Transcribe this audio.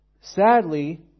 Sadly